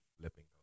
flipping